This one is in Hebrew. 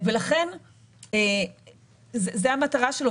ולכן זה המטרה שלו.